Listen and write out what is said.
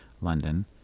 London